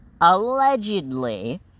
allegedly